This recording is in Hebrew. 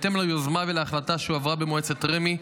בהתאם ליוזמה ולהחלטה שהועברה במועצת רמ"י,